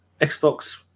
Xbox